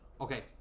Okay